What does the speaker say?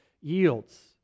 yields